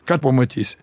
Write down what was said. ką pamatysi